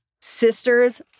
sisters